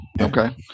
Okay